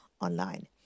online